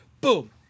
Boom